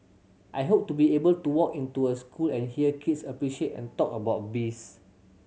I hope to be able to walk into a school and hear kids appreciate and talk about bees